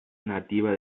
nativa